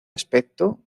aspecto